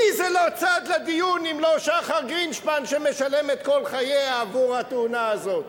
מי צד בדיון אם לא שחר גרינשפן שמשלמת כל חייה עבור התאונה הזאת?